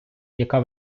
яка